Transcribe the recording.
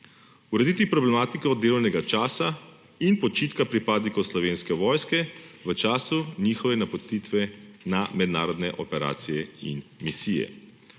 urediti problematiko delovnega časa in počitka pripadnikov Slovenske vojske v času njihove napotitve na mednarodne operacije in misije;